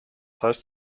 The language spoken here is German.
heißt